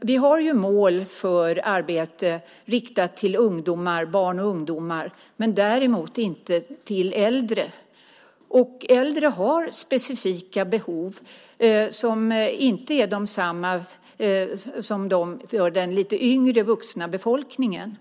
Vi har mål för arbete riktat till barn och ungdomar men däremot inte till äldre. Äldre har specifika behov som inte är desamma som för den lite yngre vuxna befolkningen.